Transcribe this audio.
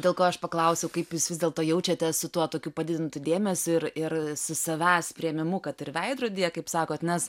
dėl ko aš paklausiau kaip jūs vis dėlto jaučiatės su tuo tokiu padidintu dėmesiu ir ir su savęs priėmimu kad ir veidrodyje kaip sakot nes